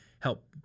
help